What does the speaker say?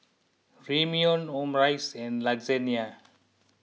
Ramyeon Omurice and Lasagne